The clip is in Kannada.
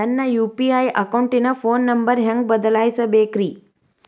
ನನ್ನ ಯು.ಪಿ.ಐ ಅಕೌಂಟಿನ ಫೋನ್ ನಂಬರ್ ಹೆಂಗ್ ಬದಲಾಯಿಸ ಬೇಕ್ರಿ?